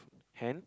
hand